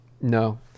No